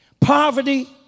Poverty